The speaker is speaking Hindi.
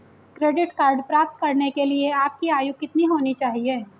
क्रेडिट कार्ड प्राप्त करने के लिए आपकी आयु कितनी होनी चाहिए?